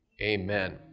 Amen